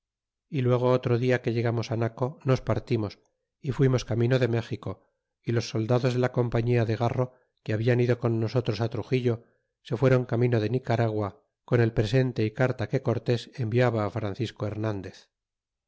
y luego otro dia que llegamos naco nos partimos y fuimos camino de méxico y los soldados de la compañia de garro que habian ido con nosotros truxillo se fueron camino de nicaragua con el presente y caria que cortes enviaba francisco hernandez